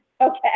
Okay